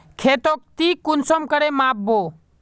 खेतोक ती कुंसम करे माप बो?